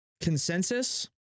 Consensus